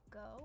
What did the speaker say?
go